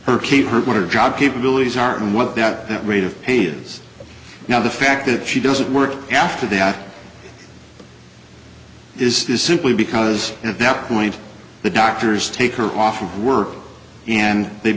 keep her what her job capabilities are and what that rate of pay is now the fact that she doesn't work after that is simply because at that point the doctors take her off of work and they